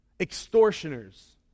Extortioners